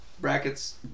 brackets